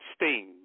Sting